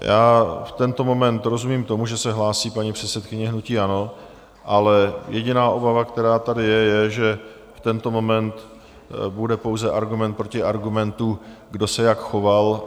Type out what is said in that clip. V tento moment rozumím tomu, že se hlásí paní předsedkyně ANO, ale jediná obava, která tady je, je, že v tento moment bude pouze argument proti argumentu, kdo se jak choval.